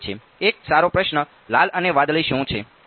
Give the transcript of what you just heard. એક સારો પ્રશ્ન લાલ અને વાદળી શું છે